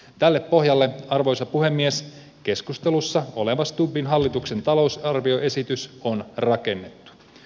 tälle pohjalle arvoisa puhemies keskustelussa oleva stubbin hallituksen talousarvioesitys on rakennettu